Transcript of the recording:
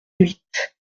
huit